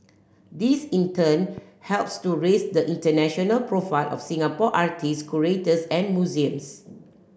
this in turn helps to raise the international profile of Singapore artists curators and museums